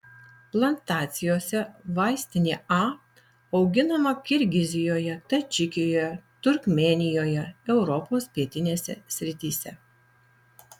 plantacijose vaistinė a auginama kirgizijoje tadžikijoje turkmėnijoje europos pietinėse srityse